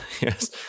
yes